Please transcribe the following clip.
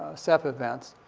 ah sep events.